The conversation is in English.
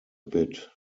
bit